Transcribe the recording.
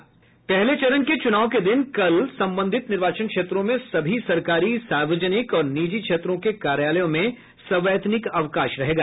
पहले चरण के चुनाव के दिन कल संबंधित निर्वाचन क्षेत्रों में सभी सरकारी सार्वजनिक और निजी क्षेत्रों के कार्यालयों में सवैतनिक अवकाश रहेगा